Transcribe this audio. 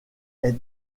est